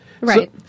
Right